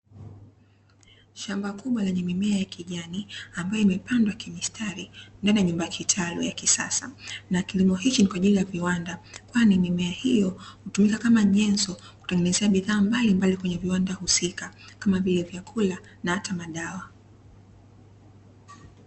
Shamba kubwa lenye mimea ya kijani, ambayo imepandwa kimistari ndani ya nyumba ya kitalu ya kisasa, na kilimo hiki kwa ajili ya viwanda kwani mimea hiyo hutumika kama nyenzo ya kutengenezea bidhaa mbalimbali kwenye viwanda husika kama vyakula na hata madawa.